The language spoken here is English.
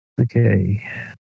Okay